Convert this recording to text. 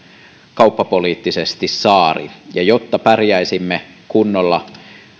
kauppapoliittisesti saari jotta pärjäisimme kunnolla